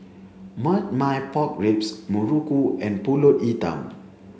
marmite pork ribs Muruku and Pulut Hitam